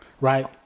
Right